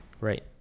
Right